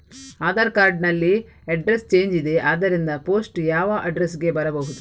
Aadhaar card ನಲ್ಲಿ address change ಇದೆ ಆದ್ದರಿಂದ ಪೋಸ್ಟ್ ಯಾವ ಅಡ್ರೆಸ್ ಗೆ ಬರಬಹುದು?